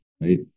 right